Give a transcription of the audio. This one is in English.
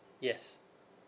yes